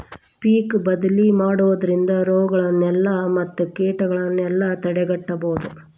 ಪಿಕ್ ಬದ್ಲಿ ಮಾಡುದ್ರಿಂದ ರೋಗಗಳನ್ನಾ ಮತ್ತ ಕೇಟಗಳನ್ನಾ ತಡೆಗಟ್ಟಬಹುದು